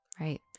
right